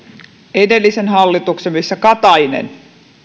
edellisen hallituksen aikana missä katainen